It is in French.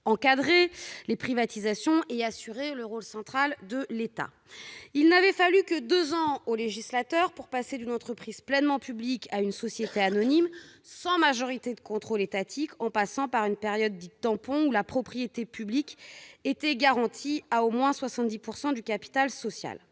encadrer les privatisations et assurer le rôle central de l'État. Il n'avait fallu que deux ans au législateur pour passer d'une entreprise pleinement publique à une société anonyme, sans majorité étatique de contrôle, en passant par une période dite « tampon » pendant laquelle la propriété publique était garantie à 70 % au moins du capital social.